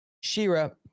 Shira